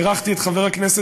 בירכתי את חבר הכנסת,